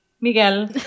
Miguel